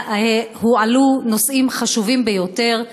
הועלו נושאים חשובים ביותר,